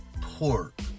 pork